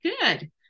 good